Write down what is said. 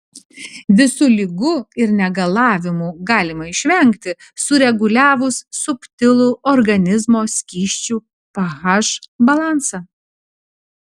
visų ligų ir negalavimų galima išvengti sureguliavus subtilų organizmo skysčių ph balansą